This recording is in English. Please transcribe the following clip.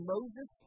Moses